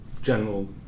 general